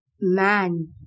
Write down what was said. Man